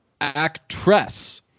Actress